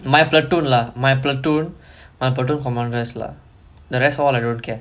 my platoon lah my platoon my platoon commanders lah the rest all I don't care